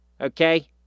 Okay